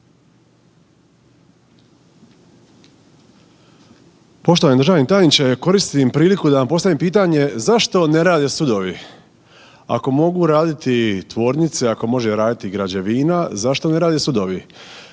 Poštovani državni tajniče. Koristim priliku da vam postavim pitanje, zašto ne rade sudovi? Ako mogu raditi tvornice, ako može raditi građevina zašto ne rade sudovi?